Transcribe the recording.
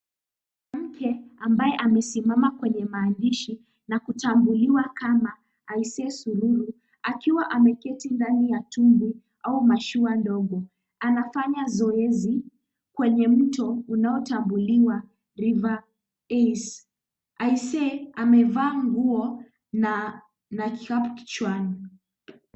Mwanamke ambaye amesimama kwenye maandishi, na kutambuliwa kama Asiya Sururu. Akiwa ameketi ndani ya tumbwi au mashua ndogo. Anafanya zoezi kwenye mto, unaotambuliwa River Oisee. Asiya amevaa nguo, na kitabu kichwani.